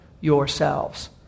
yourselves